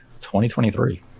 2023